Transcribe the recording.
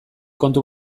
kontu